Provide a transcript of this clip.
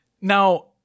Now